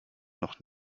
noch